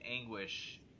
anguish